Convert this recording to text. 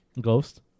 Ghost